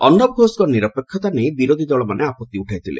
ଅର୍ଣ୍ଣବ ଘୋଷଙ୍କ ନିରପେକ୍ଷତା ନେଇ ବିରୋଧୀ ଦଳମାନେ ଆପଭି ଉଠାଇଥିଲେ